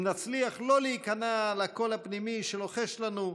אם נצליח לא להיכנע לקול הפנימי שלוחש לנו: